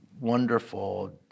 wonderful